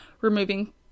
removing